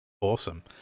awesome